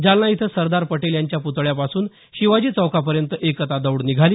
जालना इथं सरदार पटेल यांच्या प्तळ्यापासून शिवाजी चौकापर्यंत एकता दौड निघाली